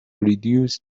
reduce